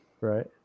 right